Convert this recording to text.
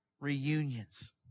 Reunions